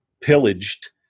pillaged